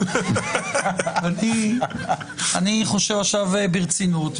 אני חושב עכשיו ברצינות,